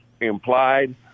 implied